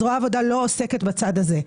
זרוע העבודה לא עוסקת בצד הזה.